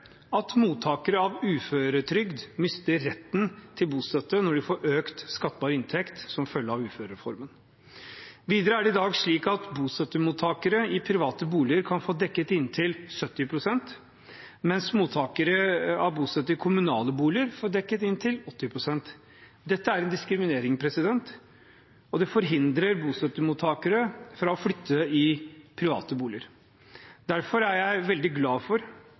at mottakere av uføretrygd mister retten til bostøtte når de får økt skattbar inntekt som følge av uførereformen. Videre er det i dag slik at bostøttemottakere i private boliger kan få dekket inntil 70 pst., mens mottakere av bostøtte i kommunale boliger får dekket inntil 80 pst. Dette er en diskriminering, og det forhindrer bostøttemottakere fra å flytte i private boliger. Derfor er jeg veldig glad for